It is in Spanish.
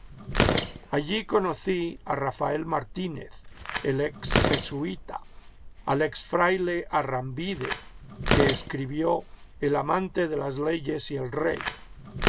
allí conocí a rafael martínez el ex jesuíta al ex fraile arrambide que escribió el amante de las leyes y el ey